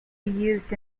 used